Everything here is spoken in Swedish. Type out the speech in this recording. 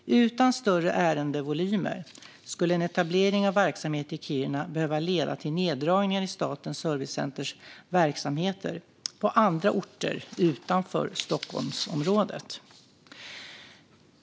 Utan större ärendevolymer skulle en etablering av verksamhet i Kiruna behöva leda till neddragningar i Statens servicecenters verksamheter på andra orter utanför Stockholmsområdet.